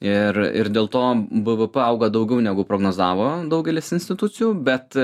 ir ir dėl to bvp auga daugiau negu prognozavo daugelis institucijų bet